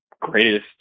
greatest